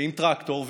עם טרקטור,